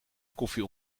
koffie